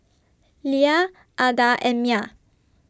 Lea Ada and Mya